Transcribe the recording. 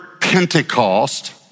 Pentecost